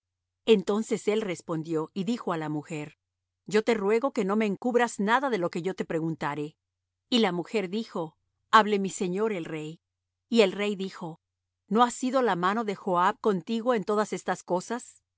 entonces él respondió y dijo á la mujer yo te ruego que no me encubras nada de lo que yo te preguntare y la mujer dijo hable mi señor el rey y el rey dijo no ha sido la mano de joab contigo en todas estas cosas